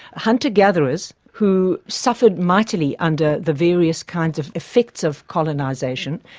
hunter gatherers, who suffered mightily under the various kinds of effects of colonisation,